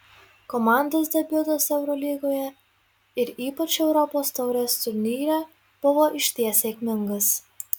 komandos debiutas eurolygoje ir ypač europos taurės turnyre buvo išties sėkmingas